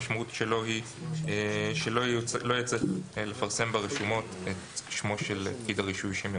המשמעות שלו היא שלא יהיה צריך לפרסם ברשומות את שמו של פקיד הרישוי.